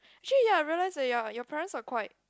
actually ya I realize that ya your parents are quite